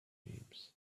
limes